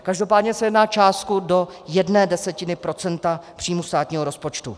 Každopádně se jedná o částku do jedné desetiny procenta příjmu státního rozpočtu.